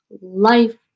life